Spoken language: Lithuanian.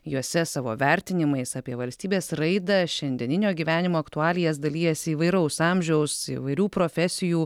juose savo vertinimais apie valstybės raidą šiandieninio gyvenimo aktualijas dalijasi įvairaus amžiaus įvairių profesijų